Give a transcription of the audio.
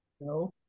No